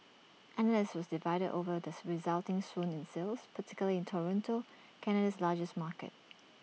analysts was divided over this resulting swoon in sales particularly in Toronto Canada's largest market